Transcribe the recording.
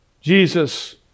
Jesus